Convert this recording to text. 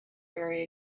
very